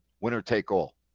winner-take-all